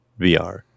VR